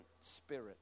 spirit